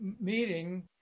meeting